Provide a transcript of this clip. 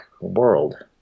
world